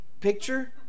picture